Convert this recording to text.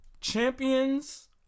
champions